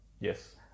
Yes